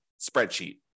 spreadsheet